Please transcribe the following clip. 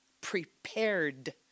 prepared